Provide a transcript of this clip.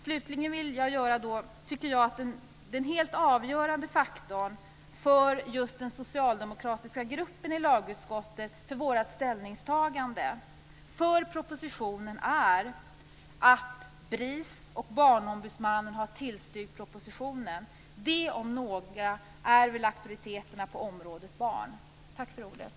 Slutligen, fru talman, är en helt avgörande faktor för den socialdemokratiska gruppens ställningstagande för propositionen i lagutskottet att BRIS och Barnombudsmannen tillstyrkt propositionen. De om några är väl auktoriteterna på området barn. Tack för ordet!